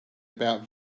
about